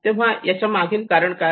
तेव्हा याच्या मागील काय कारण आहे